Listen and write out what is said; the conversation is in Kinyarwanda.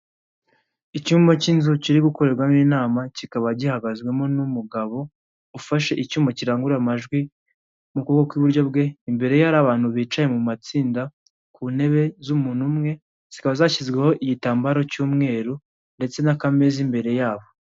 Icyumba cy'inzu kiri gukorerwamo inama kikaba gihagazwemo n'umugabo, ufashe icyuma kirangurura amajwi mu kuboko ku iburyo bwe, imbere ye hari abantu bicaye mu matsinda ku ntebe z'umuntu umwe, zikaba zashyizweho igitambaro cy'umweru ndetse n'akameza imbere yabo.